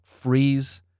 freeze